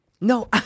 No